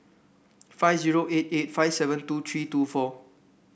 five zero eight eight five seven two three two four